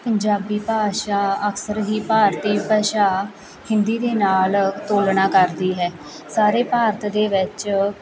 ਪੰਜਾਬੀ ਭਾਸ਼ਾ ਅਕਸਰ ਹੀ ਭਾਰਤੀ ਭਾਸ਼ਾ ਹਿੰਦੀ ਦੇ ਨਾਲ ਤੋਲਣਾ ਕਰਦੀ ਹੈ ਸਾਰੇ ਭਾਰਤ ਦੇ ਵਿੱਚ